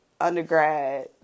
undergrad